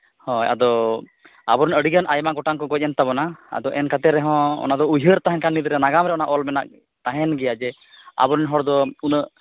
ᱦᱳᱭ ᱟᱫᱚ ᱟᱵᱚᱨᱮᱱ ᱟᱹᱰᱤᱜᱟᱱ ᱟᱭᱢᱟ ᱜᱚᱴᱟᱝ ᱠᱚ ᱜᱚᱡ ᱮᱱ ᱛᱟᱵᱚᱱᱟ ᱟᱫᱚ ᱮᱱᱠᱟᱛᱮᱫ ᱨᱮᱦᱚᱸ ᱚᱱᱟ ᱫᱚ ᱩᱭᱦᱟᱹᱨ ᱛᱟᱦᱮᱸᱠᱟᱱ ᱱᱤᱛᱨᱮ ᱱᱟᱜᱟᱢ ᱨᱮ ᱚᱱᱟ ᱚᱞ ᱢᱮᱱᱟᱜ ᱛᱟᱦᱮᱱ ᱜᱮᱭᱟ ᱡᱮ ᱟᱵᱚᱨᱮᱱ ᱦᱚᱲ ᱫᱚ ᱩᱱᱟᱹᱜ